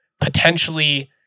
Potentially